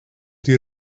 die